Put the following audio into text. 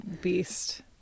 beast